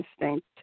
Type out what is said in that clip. instinct